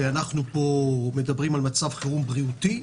ואנחנו מדברים פה על מצב חירום בריאותי,